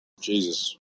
Jesus